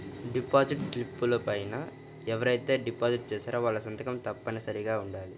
deposit స్లిపుల పైన ఎవరైతే డిపాజిట్ చేశారో వాళ్ళ సంతకం తప్పనిసరిగా ఉండాలి